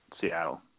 Seattle